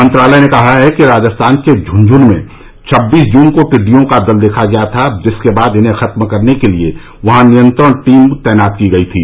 मंत्रालय ने कहा है कि राजस्थान के झुनझुनु में छब्बीस जून को टिड्डियों का दल देखा गया था जिसके बाद इन्हें खत्म करने के लिए वहां नियंत्रण टीम तैनात की गई थी